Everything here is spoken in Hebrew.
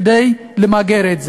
כדי למגר את זה.